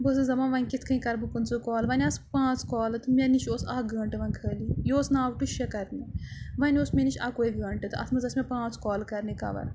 بہٕ ٲسٕس دپان وۄنۍ کِتھ کٔنۍ کرٕ بہٕ پٕنٛژٕ کالہٕ وۄنۍ آسہٕ پانٛژھ کالہٕ تہٕ مےٚ نِش اوس اکھ گٲنٛٹہٕ وۄنۍ خٲلی یہِ اوس نَو ٹُہ شےٚ کرنہِ وۄنۍ اوس مےٚ نِش اَکُے گٲنٛٹہٕ تہٕ اَتھ منٛز ٲسۍ مےٚ پانٛژھ کالہٕ کَرنہِ کَوَر